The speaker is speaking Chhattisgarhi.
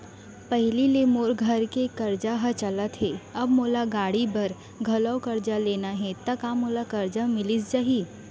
पहिली ले मोर घर के करजा ह चलत हे, अब मोला गाड़ी बर घलव करजा लेना हे ता का मोला करजा मिलिस जाही?